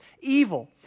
evil